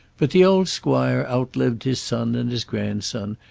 but the old squire outlived his son and his grandson,